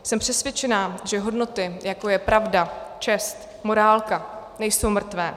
Jsem přesvědčená, že hodnoty, jako je pravda, čest, morálka, nejsou mrtvé.